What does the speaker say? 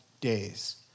days